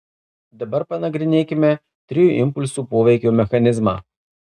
dabar panagrinėkime trijų impulsų poveikio mechanizmą